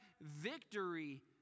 victory